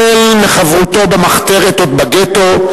החל בחברותו במחתרת, עוד בגטו,